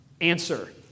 Answer